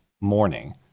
morning